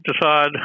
decide